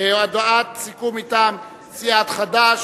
הודעת סיכום מטעם סיעת חד"ש.